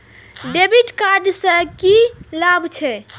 डेविट कार्ड से की लाभ छै?